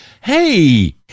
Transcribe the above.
Hey